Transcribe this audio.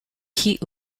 heat